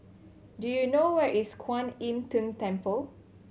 do you know where is Kuan Im Tng Temple